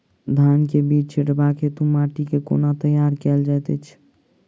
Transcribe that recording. धान केँ बीज छिटबाक हेतु माटि केँ कोना तैयार कएल जाइत अछि?